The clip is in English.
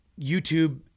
youtube